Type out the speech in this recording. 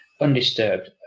undisturbed